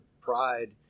pride